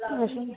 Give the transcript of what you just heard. अच्छा